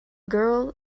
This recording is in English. girl